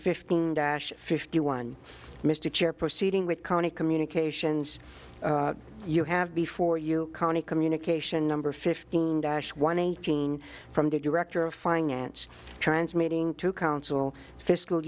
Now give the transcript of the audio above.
fifty fifty one mr chair proceeding with county communications you have before you county communication number fifteen dash one eighteen from the director of finance transmitting to counsel fiscal